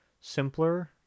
simpler